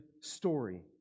story